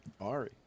Ari